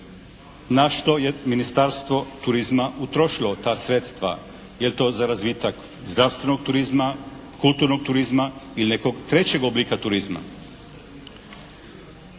na što je Ministarstvo turizma utrošilo ta sredstva? Jel' to za razvitak zdravstvenog turizma, kulturnog turizma ili nekog trećeg oblika turizma?